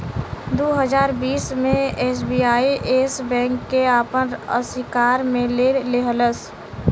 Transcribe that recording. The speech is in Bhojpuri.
दू हज़ार बीस मे एस.बी.आई येस बैंक के आपन अशिकार मे ले लेहलस